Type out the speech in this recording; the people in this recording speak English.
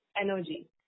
energy